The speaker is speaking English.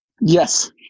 Yes